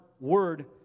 word